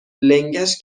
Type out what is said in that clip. لنگش